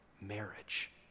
marriage